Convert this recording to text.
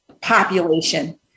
population